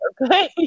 okay